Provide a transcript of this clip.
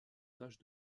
tâches